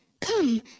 Come